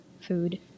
food